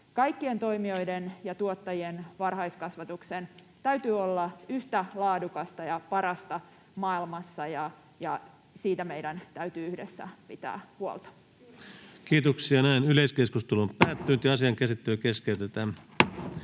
kaikkien toimijoiden ja tuottajien varhaiskasvatuksen täytyy olla yhtä laadukasta ja parasta maailmassa, ja siitä meidän täytyy yhdessä pitää huolta. [Keskustan ryhmästä: Hienoa!] Toiseen käsittelyyn esitellään